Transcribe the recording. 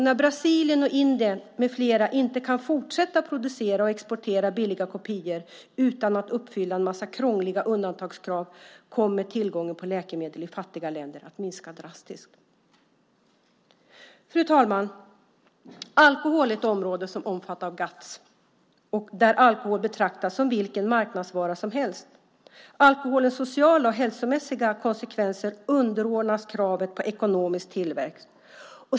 När Brasilien och Indien med flera inte kan fortsätta att producera och exportera billiga kopior utan att uppfylla en massa krångliga undantagskrav kommer tillgången på läkemedel i fattiga länder att minska drastiskt. Fru talman! Alkohol är ett område som omfattas av GATS, där alkohol betraktas som vilken marknadsvara som helst. Alkoholens sociala och hälsomässiga konsekvenser underordnas kraven på ekonomisk tillväxt.